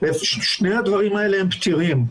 ושני הדברים האלה פתירים,